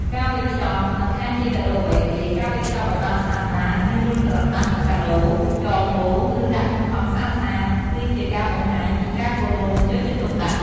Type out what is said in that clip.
ការវេចខ្ចប់ មិនថាជាកាដូអ្វីទេ ការវេចខ្ចប់ឲ្យបានស្អាតបាត មានរុំក្រដាសកាដូ ចងបូ ឬដាក់ក្នុងថង់ស្អាតៗ គឺជាការបង្ហាញពីការគោរព និងយកចិត្តទុកដាក់។